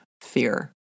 fear